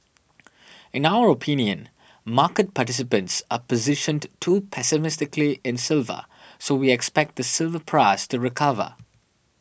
in our opinion market participants are positioned too pessimistically in silver so we expect the silver price to recover